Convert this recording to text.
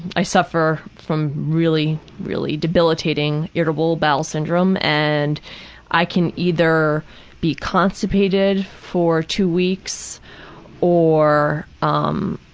i suffer from really, really debilitating irritable bowel syndrome. and i can either be constipated for two weeks or um,